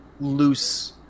loose